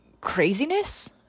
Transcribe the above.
craziness